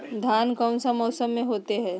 धान कौन सा मौसम में होते है?